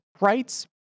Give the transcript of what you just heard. rights